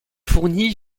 fournie